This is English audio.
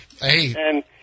hey